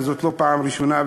וזאת לא פעם ראשונה,